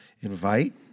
invite